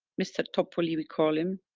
mr topoli we call him.